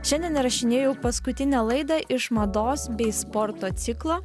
šiandien įrašinėjau paskutinę laidą iš mados bei sporto ciklo